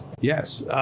Yes